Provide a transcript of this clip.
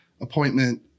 appointment